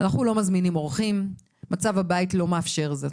אנחנו לא מזמינים אורחים, מצב הבית לא מאפשר זאת.